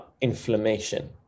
inflammation